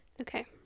okay